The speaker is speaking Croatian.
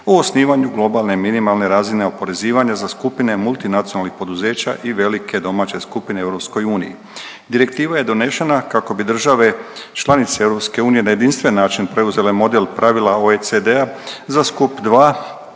o osnivanju globalne minimalne razine oporezivanja za skupine multinacionalnih poduzeća i velike domaće skupine EU-i. Direktiva je donešena kako bi države članice EU na jedinstven način preuzele model pravila OECD-a za skup